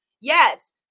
Yes